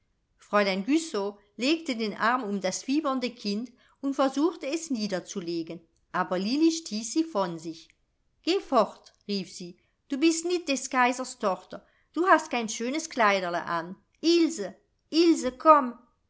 fräulein güssow legte den arm um das fiebernde kind und versuchte es niederzulegen aber lilli stieß sie von sich geh fort rief sie du bist nit des kaisers tochter du hast kein schönes kleiderl an ilse ilse komm